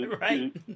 right